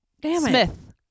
Smith